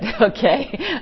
okay